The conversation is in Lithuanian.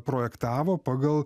projektavo pagal